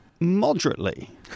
Moderately